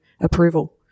approval